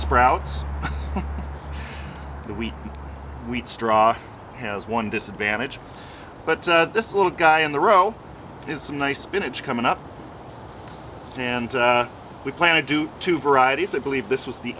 sprouts the wheat wheat straw has one disadvantage but this little guy in the row is a nice spinach coming up and we plan to do two varieties i believe this was the